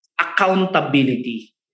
accountability